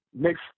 next